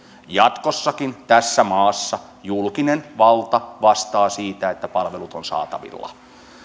jatkossakin tässä maassa julkinen valta vastaa siitä että palvelut ovat saatavilla